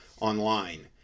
online